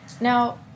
Now